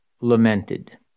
lamented